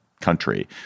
country